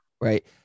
Right